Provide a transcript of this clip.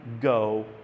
go